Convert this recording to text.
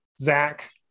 Zach